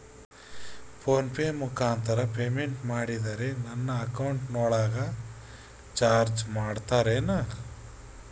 Phone pay ಮುಖಾಂತರ payment ಮಾಡಿದರೆ ನನ್ನ ಅಕೌಂಟಿನೊಳಗ ಚಾರ್ಜ್ ಮಾಡ್ತಿರೇನು?